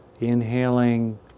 inhaling